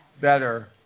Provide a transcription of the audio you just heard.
better